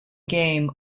game